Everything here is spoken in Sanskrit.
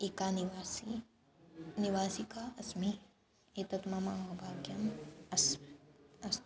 एका निवासी निवासिका अस्मि एतत् मम अहो भाग्यम् अस्ति अस्ति